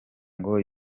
ngo